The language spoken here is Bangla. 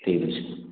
ঠিক আছে